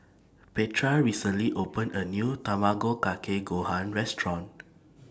Petra recently opened A New Tamago Kake Gohan Restaurant